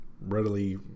readily